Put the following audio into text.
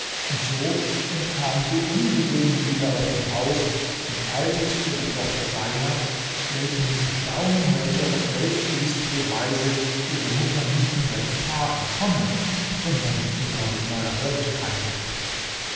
und so entkam sie ungesehen wieder aus dem haus und eilte zu ihrer tochter seinab welche mit erstaunen hörte auf welche listige weise ihre mutter nicht nur der gefahr entronnen sondern sogar mit neuer beute heimgekehrt